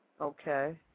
Okay